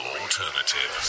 alternative